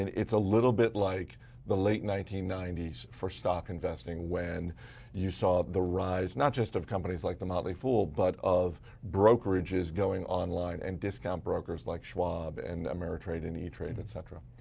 and it's a little bit like the late nineteen ninety s for stock investing, when you saw the rise, not just of companies like the motley fool, but of brokerages going online, and discount brokers like schwab and ameritrade and e-trade, etc.